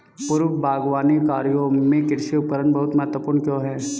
पूर्व बागवानी कार्यों में कृषि उपकरण बहुत महत्वपूर्ण क्यों है?